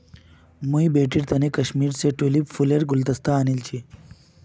मुई बेटीर तने कश्मीर स ट्यूलि फूल लार गुलदस्ता आनील छि